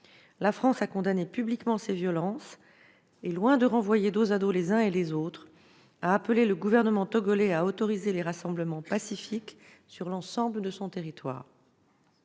La France a condamné publiquement ces violences et, loin de renvoyer dos à dos les uns et les autres, a appelé le gouvernement du Togo à autoriser les rassemblements pacifiques sur l'ensemble du territoire.